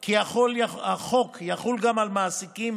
כי החוק יחול גם על מעסיקים